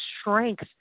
strength